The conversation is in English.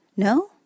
No